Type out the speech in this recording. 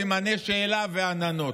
סימני שאלה ועננות.